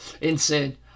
Insane